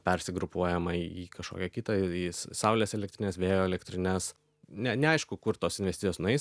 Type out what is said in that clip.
persigrupuojama į kažkokią kitą į saulės elektrines vėjo elektrines ne neaišku kur tos investicijos nueis